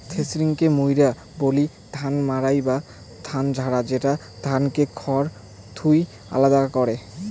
থ্রেশিংকে মুইরা বলি ধান মাড়াই বা ধান ঝাড়া, যেটা ধানকে খড় থুই আলাদা করাং